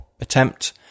attempt